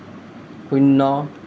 শূন্য